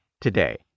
today